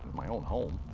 my own home.